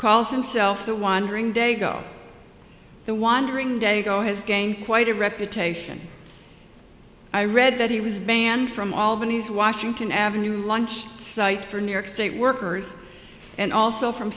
calls himself the wandering day go the wandering day go has gained quite a reputation i read that he was banned from albany's washington avenue launch site for new york state workers and also from